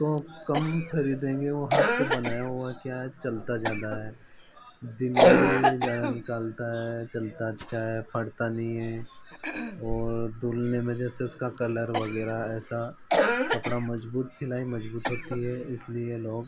को कम ख़रीदेंगे और हाथ से बनाया हुआ क्या चलता जादा है दिन भी ज़्यादा निकालता है चलता अच्छा है फटता नहीं है और धुलने में जैसे उसका कलर वग़ैरह ऐसे कपड़ा मज़बूत सिलाई मज़बूत होती है इसलिए लोग